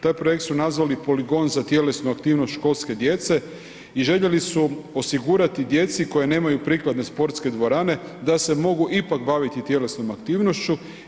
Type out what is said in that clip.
Taj projekt su nazvali „Poligon za tjelesnu aktivnost školske djece“ i željeli su osigurati djeci koja nemaju prikladne sportske dvorane da se mogu ipak baviti tjelesnom aktivnošću.